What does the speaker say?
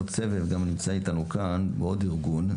נמצא איתנו כאן מעוד ארגון,